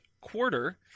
quarter